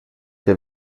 der